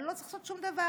אני לא צריך לעשות שום דבר.